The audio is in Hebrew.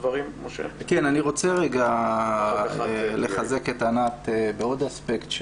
אני רוצה רגע לחזק את ענת בעוד אספקט,